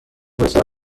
بسیار